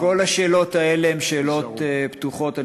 כל השאלות האלה הן שאלות פתוחות.